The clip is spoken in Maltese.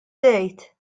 żejt